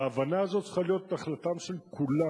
ההבנה הזאת צריכה להיות נחלתם של כולם.